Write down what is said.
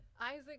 Isaac